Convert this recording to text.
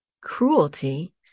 cruelty